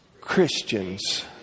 Christians